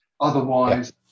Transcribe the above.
otherwise